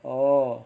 orh